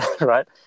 right